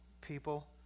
people